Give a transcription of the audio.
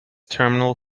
terminal